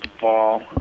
fall